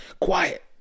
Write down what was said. Quiet